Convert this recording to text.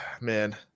Man